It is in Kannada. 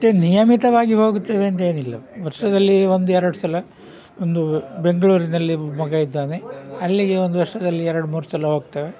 ಅಷ್ಟೇನು ನಿಯಮಿತವಾಗಿ ಹೋಗುತ್ತಿರುವೆ ಅಂತೇನಿಲ್ಲ ವರ್ಷದಲ್ಲಿ ಒಂದೆರಡು ಸಲ ಒಂದು ಬೆಂಗಳೂರಿನಲ್ಲಿ ಮಗ ಇದ್ದಾನೆ ಅಲ್ಲಿಗೆ ಒಂದು ವರ್ಷದಲ್ಲಿ ಎರಡು ಮೂರು ಸಲ ಹೋಗ್ತೇವೆ